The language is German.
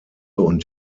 und